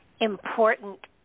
important